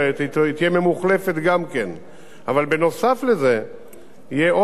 אבל נוסף על זה יהיה עוד מחלף של כניסה צפונית לרהט,